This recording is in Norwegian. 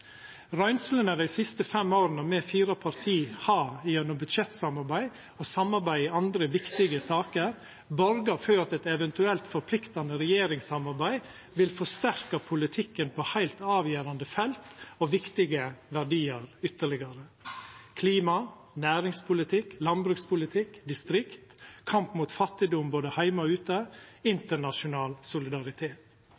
Røynslene dei siste fem åra me i dei fire partia har gjennom budsjettsamarbeid og samarbeid i andre viktige saker, borgar for at eit eventuelt forpliktande regjeringssamarbeid vil forsterka politikken på heilt avgjerande felt og viktige verdiar ytterlegare – klima, næringspolitikk, landbrukspolitikk, distrikt, kamp mot fattigdom både heime og ute,